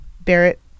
Barrett